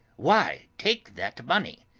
why take that money?